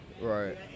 Right